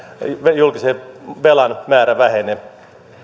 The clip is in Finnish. julkisen velan määrä vähene